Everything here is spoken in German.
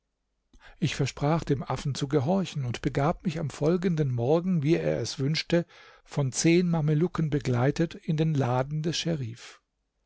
ich versprach dem affen zu gehorchen und begab mich am folgenden morgen wie er es wünschte von zehn mamelucken begleitet in den laden des scherif